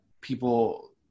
people